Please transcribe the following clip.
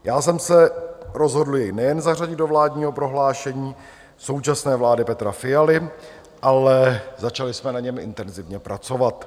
Já jsem se rozhodl jej nejen zařadit do vládního prohlášení současné vlády Petra Fialy, ale začali jsme na něm intenzivně pracovat.